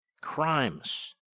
crimes